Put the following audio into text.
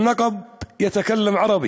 הנגב מדבר ערבית,